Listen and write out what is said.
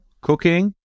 cooking